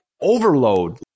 overload